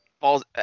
Falls